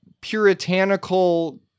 puritanical